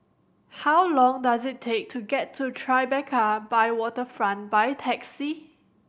how long does it take to get to Tribeca by Waterfront by taxi